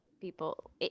people